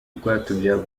rwatubyaye